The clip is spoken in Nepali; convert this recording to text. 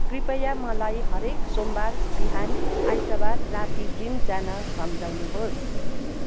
कृपया मलाई हरेक सोमबार बिहान आइतबार राति जिम जान सम्झाउनुहोस्